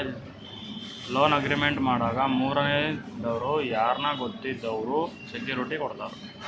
loan agreement ಮಾಡಾಗ ಮೂರನೇ ದವ್ರು ಯಾರ್ನ ಗೊತ್ತಿದ್ದವ್ರು ಸೆಕ್ಯೂರಿಟಿ ಕೊಡ್ತಾರ